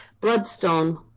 Bloodstone